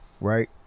right